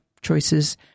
choices